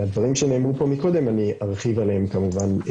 והדברים שנאמרו פה קודם, אני ארחיב עליהם כמובן.